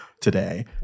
today